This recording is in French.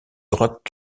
droite